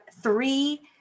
three